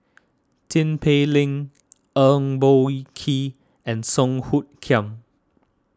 Tin Pei Ling Eng Boh Kee and Song Hoot Kiam